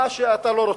מה שאתה לא רוצה,